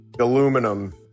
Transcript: aluminum